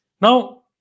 Now